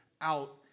out